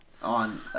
On